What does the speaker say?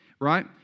right